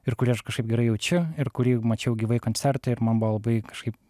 ir kurį aš kažkaip gerai jaučiu ir kurį mačiau gyvai koncerte ir man buvo labai kažkaip